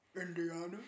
Indiana